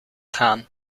gaan